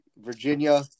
Virginia